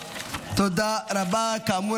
נכון,